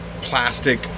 plastic